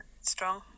Strong